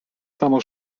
samo